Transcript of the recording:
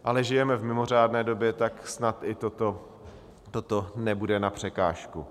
Ale žijeme v mimořádné době, tak snad i toto nebude na překážku.